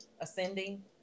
ascending